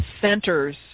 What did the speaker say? centers